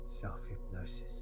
Self-hypnosis